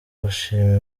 gushima